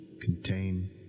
Contain